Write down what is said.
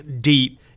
deep